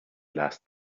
last